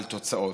על תוצאות.